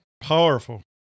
Powerful